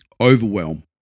overwhelm